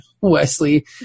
Wesley